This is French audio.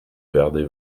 verde